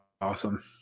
awesome